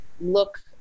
look